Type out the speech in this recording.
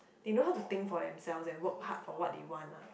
they know how to think for themselves and work hard for what they want lah